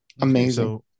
amazing